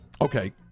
Okay